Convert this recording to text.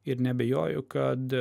ir neabejoju kad